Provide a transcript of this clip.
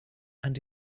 and